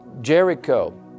Jericho